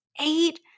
eight